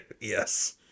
Yes